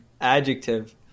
Adjective